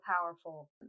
powerful